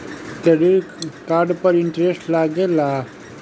Credit card पर interest लागेला?